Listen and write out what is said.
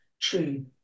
true